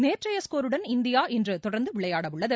நேற்றைய ஸ்கோருடன் இந்தியா இன்று தொடர்ந்து விளையாடவுள்ளது